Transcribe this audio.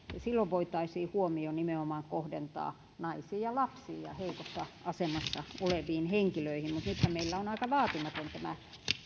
silloin voitaisiin huomio nimenomaan kohdentaa naisiin ja lapsiin ja heikossa asemassa oleviin henkilöihin mutta nythän meillä on aika vaatimaton tämä